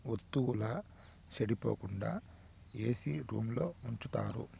వత్తువుల సెడిపోకుండా ఏసీ రూంలో ఉంచుతారు